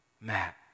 Matt